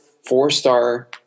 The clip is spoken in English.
four-star